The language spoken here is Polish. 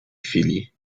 chwili